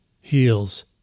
heals